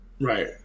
Right